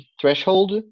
threshold